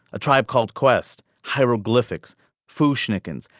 a tribe called quest hieroglyphics food unicorns.